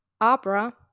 Opera